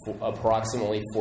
approximately